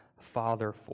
Father